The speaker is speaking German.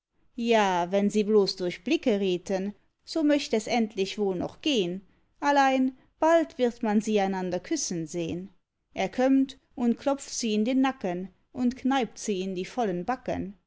ja wenn sie bloß durch blicke redten so möcht es endlich wohl noch gehn allein bald wird man sie einander küssen sehn er kömmt und klopft sie in den nacken und kneipt sie in die vollen backen